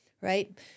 right